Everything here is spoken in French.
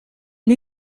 une